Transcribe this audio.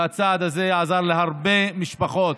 והצעד הזה עזר להרבה משפחות.